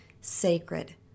sacred